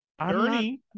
Ernie